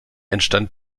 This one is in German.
entstand